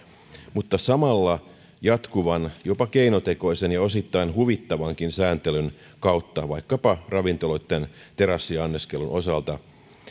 mutta samalla jatkuvan jopa keinotekoisen ja osittain huvittavankin sääntelyn kautta vaikkapa ravintoloitten terassianniskelun osalta